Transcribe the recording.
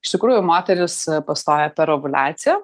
iš tikrųjų moteris pastoja per ovuliaciją